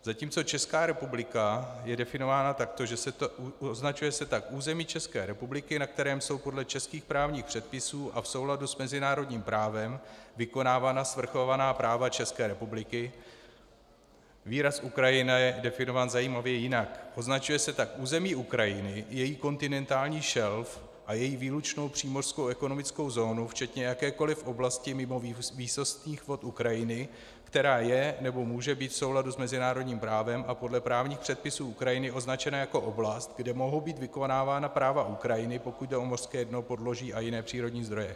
Zatímco Česká republika je definována takto: označuje se tak území České republiky, na kterém jsou podle českých právních předpisů a v souladu s mezinárodním právem vykonávána svrchovaná práva České republiky, výraz Ukrajina je definován zajímavě jinak: označuje se tak území Ukrajiny, její kontinentální šelf a její výlučnou přímořskou ekonomickou zónu včetně jakékoliv oblasti mimo výsostných vod Ukrajiny, která je nebo může být v souladu s mezinárodním právem a podle právních předpisů Ukrajiny označena jako oblast, kde mohou být vykonávána práva Ukrajiny, pokud jde o mořské dno, podloží a jiné přírodní zdroje.